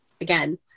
Again